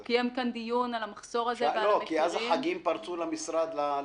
הוא קיים כאן דיון על המחסור הזה ועל המחירים.